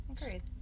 agreed